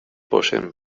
poseen